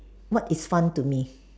what is fun to me